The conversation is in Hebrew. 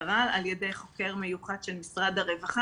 משרד הרווחה.